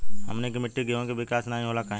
हमनी के मिट्टी में गेहूँ के विकास नहीं होला काहे?